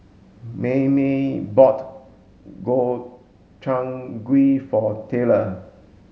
Maymie bought Gobchang Gui for Taylor